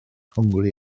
hwngari